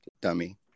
dummy